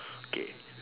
okay